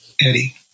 Eddie